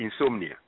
insomnia